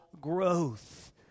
growth